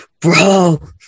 bro